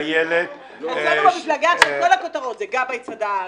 אצלנו במפלגה עכשיו כל הכותרות הן: גבאי צדק,